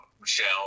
Michelle